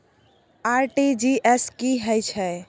RTG S की है छै?